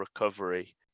recovery